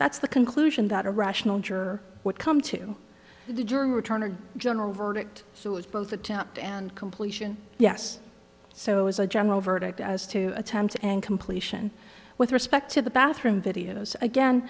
that's the conclusion that a rational juror would come to the jury return or general verdict so it's both attempt and completion yes so as a general verdict as to attempts and completion with respect to the bathroom videos again